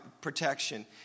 protection